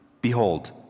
Behold